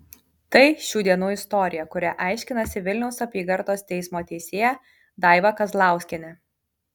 tai šių dienų istorija kurią aiškinasi vilniaus apygardos teismo teisėja daiva kazlauskienė